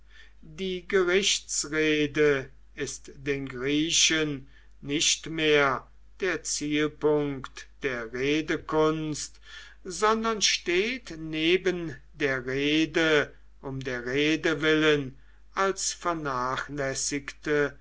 die gerichtsrede ist den griechen nicht mehr der zielpunkt der redekunst sondern steht neben der rede um der rede willen als vernachlässigte